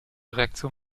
reaktion